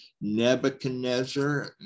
nebuchadnezzar